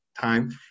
time